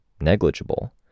negligible